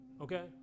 okay